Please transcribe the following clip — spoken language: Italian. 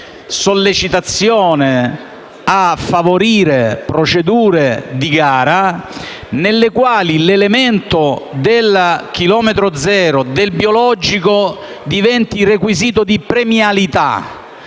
sollecitazioni a favorire procedure di gara nelle quali l’elemento del chilometro zero e del biologico diventino requisito di premialità.